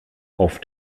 auf